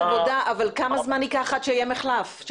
אבל כמה זמן ייקח עד שיהיה מחלף?